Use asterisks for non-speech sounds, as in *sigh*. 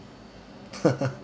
*laughs*